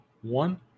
one